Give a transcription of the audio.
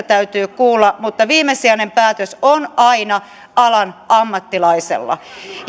täytyy kuulla mutta viimesijainen päätös on aina alan ammattilaisella